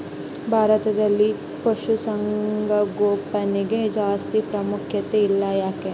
ಭಾರತದಲ್ಲಿ ಪಶುಸಾಂಗೋಪನೆಗೆ ಜಾಸ್ತಿ ಪ್ರಾಮುಖ್ಯತೆ ಇಲ್ಲ ಯಾಕೆ?